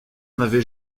n’avait